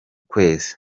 kwezi